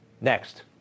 Next